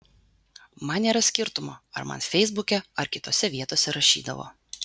man nėra skirtumo ar man feisbuke ar kitose vietose rašydavo